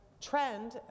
trend